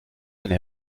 eine